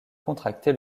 contracté